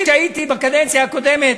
כשהייתי בקדנציה הקודמת,